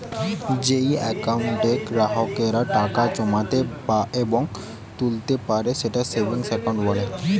যেই একাউন্টে গ্রাহকেরা টাকা জমাতে এবং তুলতা পারে তাকে সেভিংস একাউন্ট বলে